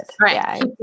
Right